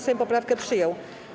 Sejm poprawkę przyjął.